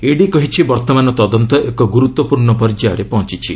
ED କହିଛି ବର୍ତ୍ତମାନ ତଦନ୍ତ ଏକ ଗୁରୁତ୍ୱପୂର୍ଣ୍ଣ ପର୍ଯ୍ୟାୟରେ ପହଞ୍ଚୁଛି